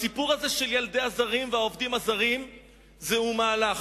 הסיפור של ילדי הזרים והעובדים הזרים הוא מהלך.